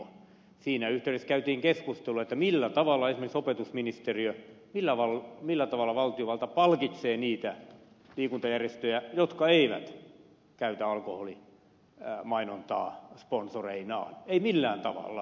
siinä yhteydessä käytiin keskustelua millä tavalla esimerkiksi opetusministeriö valtiovalta palkitsee niitä liikuntajärjestöjä jotka eivät käytä alkoholimainontaa sponsorinaan ei millään tavalla